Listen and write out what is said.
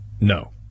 No